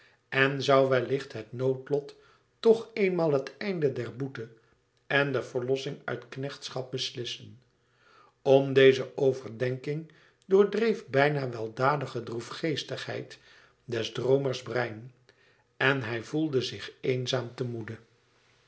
en zoû wellicht het noodlot toch eenmaal het einde der boete en de verlossing uit knechtschap beslissen om deze overdenking doordreef bijna weldadige droefgeestigheid des droomers brein en hij voelde zich eenzaam te moede